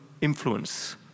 influence